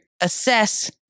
assess